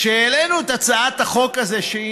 כשהעלינו את הצעת החוק הזאת,